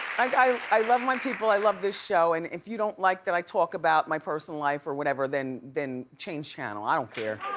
i i love my people, i love this show and if you don't like that i talk about my personal life, or whatever, then then change channel, i don't care.